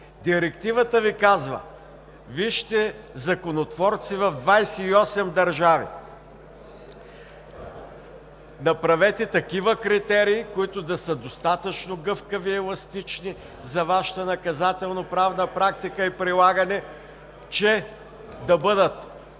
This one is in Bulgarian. Директивата Ви казва: вижте законотворци в 28 държави, направете такива критерии, които да са достатъчно гъвкави и еластични за Вашата наказателноправна практика и прилагане, че да бъдат